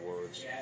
words